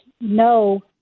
no